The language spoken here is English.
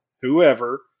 whoever